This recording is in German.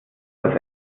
als